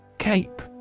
Cape